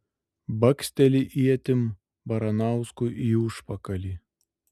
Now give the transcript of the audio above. baksteli ietim baranauskui į užpakalį